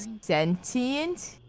sentient